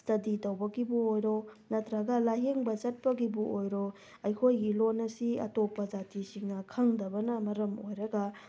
study ꯇꯧꯕꯒꯤꯕꯨ ꯑꯣꯏꯔꯣ ꯅꯇꯇ꯭ꯔꯒ ꯂꯥꯏꯌꯦꯡꯕ ꯆꯠꯄꯒꯤꯕꯨ ꯑꯣꯏꯔꯣ ꯑꯩꯈꯣꯏꯒꯤ ꯂꯣꯟ ꯑꯁꯤ ꯑꯇꯣꯞꯄ ꯖꯥꯇꯤꯁꯤꯡꯅ ꯈꯪꯗꯕꯅ ꯃꯔꯝ ꯑꯣꯏꯔꯒ